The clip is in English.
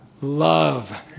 love